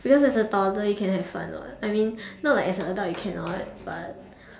because as a toddler you can have fun what I mean not like as an adult you can not but